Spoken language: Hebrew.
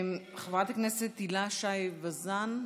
חברת הכנסת הילה שי וזאן,